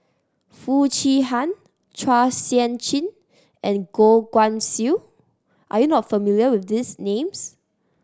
Foo Chee Han Chua Sian Chin and Goh Guan Siew are you not familiar with these names